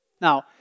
Now